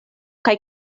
kaj